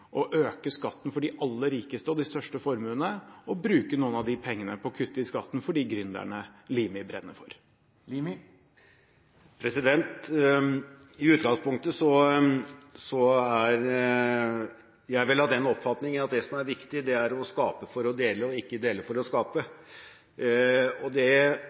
å øke skatten for de aller rikeste og de største formuene og bruke noen av de pengene på å kutte i skatten for de gründerne Limi brenner for? I utgangspunktet er jeg vel av den oppfatning at det som er viktig, er å skape for å dele og ikke å dele for å skape. Det gir ikke noe bedre uttelling for gründere eller for små og